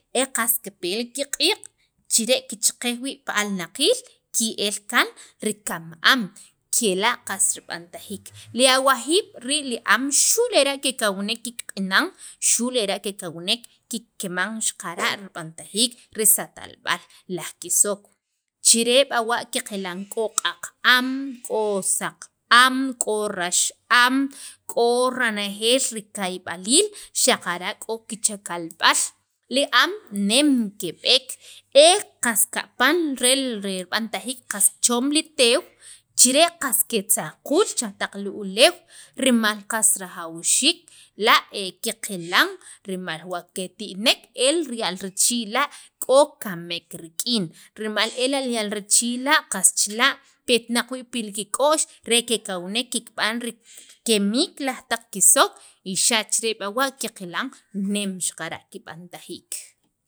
e qas ki pel li kiq'iiq' chire' kicheqej wii' pi alnaqiil ke'el kaan li kam am kela' qas rib'antajiik li awajiib' rii' li am xu' lera' kekawnek kikq'inan xu' lera' kekawnek kikeman rib'antajiik li satalb'al laj kisok chire' b'awa' qaqilan k'o qaq am, k'o saq am, k'o rax am, k'o ranejeel kayb'aliil xaqara' k'o kichakalb'al li am nem kib'eek e qas kapan li rib'antajiik qaschoom li teew chire' qas ketzaqul cha li uleew rimal qas rajawxiik b'la' kiqe qeqilan rimal wa keti'nek el riya'l richii' la' k'o kamek rik'in rimal ela' riya'l richii' la' qas chila' petnaq eii' pil kik'o'x re kekawnek kib'an rikemek taq risook y xa' chire' b'awa' qaqilan chenem xaqara' kibantajiik.